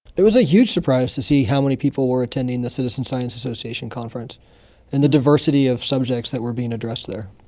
it was a huge surprise to see how many people were attending the citizen science association conference and the diversity of subjects that were being addressed there.